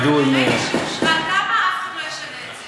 ידעו, מרגע שאושרה התמ"א, אף אחד לא ישנה את זה.